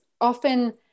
often